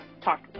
talk